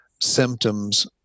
symptoms